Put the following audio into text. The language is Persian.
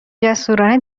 جسورانه